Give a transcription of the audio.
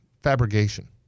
fabrication